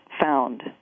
found